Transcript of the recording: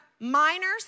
minors